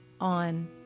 on